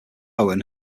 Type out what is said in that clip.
owen